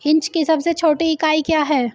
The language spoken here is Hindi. इंच की सबसे छोटी इकाई क्या है?